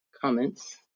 comments